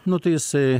nu tai jisai